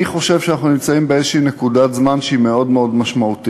אני חושב שאנחנו נמצאים באיזו נקודת זמן שהיא מאוד מאוד משמעותית,